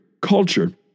culture